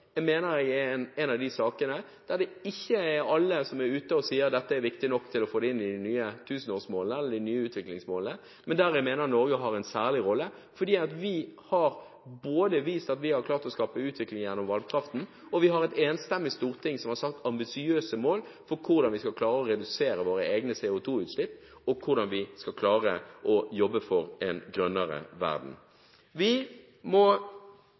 de nye utviklingsmålene, men der jeg mener Norge har en særlig rolle, fordi vi både har vist at vi har klart å skape utvikling gjennom vannkraften og har et enstemmig storting som har satt ambisiøse mål for hvordan vi skal klare å redusere våre egne CO2-utslipp, og hvordan vi skal klare å jobbe for en grønnere verden. Det er en av de tingene som jeg mener vi kan løfte fram spesielt. I tillegg mener jeg – og der vil vi se hvordan det går med behandlingen av stortingsmeldingen om rettferdig fordeling, Dele for å skape – at vi må